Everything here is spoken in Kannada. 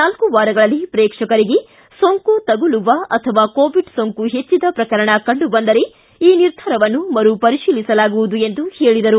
ನಾಲ್ಕು ವಾರಗಳಲ್ಲಿ ಪ್ರೇಕ್ಷಕರಿಗೆ ಸೋಂಕು ತಗುಲುವ ಅಥವಾ ಕೋವಿಡ್ ಸೋಂಕು ಹೆಚ್ಚಿದ ಪ್ರಕರಣ ಕಂಡುಬಂದರೆ ಈ ನಿರ್ಧಾರವನ್ನು ಮರುಪರಿತೀಲಿಸಲಾಗುವುದು ಎಂದು ಹೇಳಿದರು